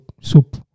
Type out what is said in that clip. soup